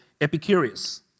Epicurus